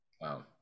Wow